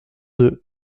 deux